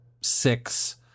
six